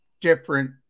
different